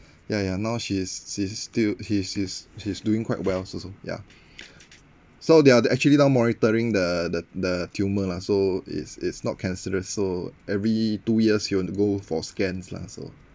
ya ya now she is she is still he's she's she's doing quite well also ya so they're actually now monitoring the the the tumour lah so it's it's not cancerous so every two years she want to go for scans lah so